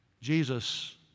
Jesus